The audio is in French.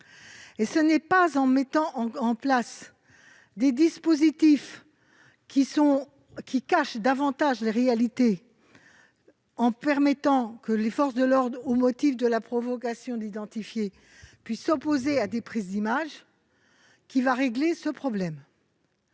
Or ce n'est pas en mettant en place des dispositifs qui cachent davantage les réalités et en permettant que les forces de l'ordre, au motif de la provocation à l'identification, puissent s'opposer à des prises d'images que l'on réglera ce problème.